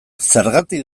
zergatik